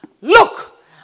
Look